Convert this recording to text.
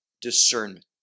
discernment